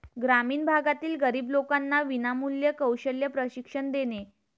ग्रामीण भागातील गरीब लोकांना विनामूल्य कौशल्य प्रशिक्षण देणे